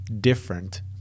different